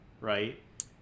right